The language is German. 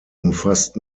umfasst